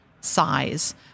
size